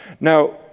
Now